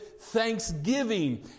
thanksgiving